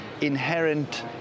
inherent